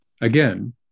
again